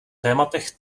tématech